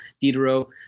Diderot